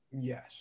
Yes